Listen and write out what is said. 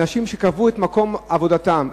אנשים שקבעו את מקום עבודתם,